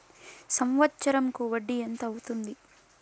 సంవత్సరం కు వడ్డీ ఎంత అవుతుంది?